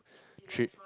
three